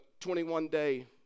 21-day